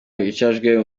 bicajwe